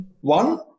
One